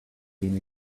seen